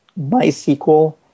MySQL